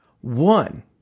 one